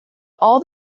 all